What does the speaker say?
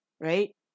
right